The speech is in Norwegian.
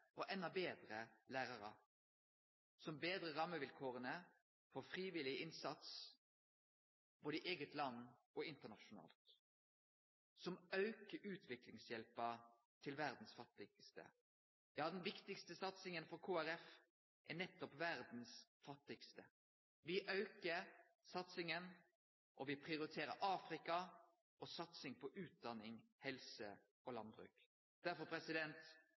og enda betre lærarar som betrar rammevilkåra for frivillig innsats både i eige land og internasjonalt som aukar utviklingshjelpa til verdas fattigaste. Ja, den viktigaste satsinga for Kristeleg Folkeparti er nettopp verdas fattigaste. Vi aukar satsinga, og vi prioriterer Afrika og